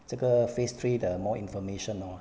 这个 phase three 的 more information orh